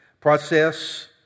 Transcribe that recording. Process